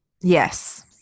Yes